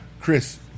Chris